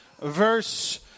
verse